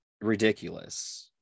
ridiculous